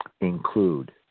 include